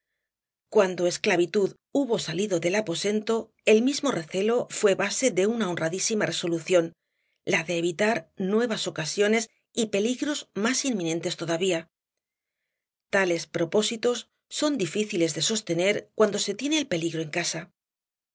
cuando esclavitud hubo salido del aposento el mismo recelo fué base de una honradísima resolución la de evitar nuevas ocasiones y peligros más inminentes todavía tales propósitos son difíciles de sostener cuando se tiene el peligro en casa